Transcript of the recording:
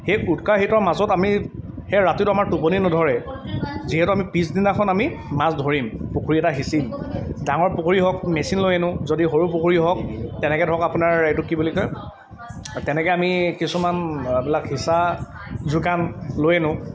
সেই উৎসাহিতৰ মাজত আমি সেই ৰাতিটো আমাৰ টোপনি নধৰে যিহেতু আমি পিছদিনাখন আমি মাছ ধৰিম পুখুৰী এটা সিঁচিম ডাঙৰ পুখুৰী হওক মেচিন লৈ আনোঁ যদি সৰু পুখুৰী হওক তেনেকৈ ধৰক আপোনাৰ এইটো কি বুলি কয় তেনেকৈ আমি কিছুমান এইবিলাক সিঁচা যোগান লৈ আনোঁ